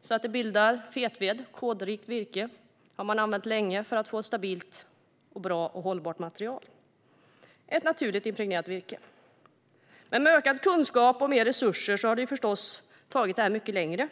så att det bildas fetved, kådrikt virke, har gjorts länge för att få stabilt, bra och hållbart material, det vill säga ett naturligt impregnerat virke. Med ökad kunskap och ökade resurser har vi förstås tagit detta mycket längre.